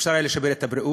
אפשר היה לשפר את הבריאות,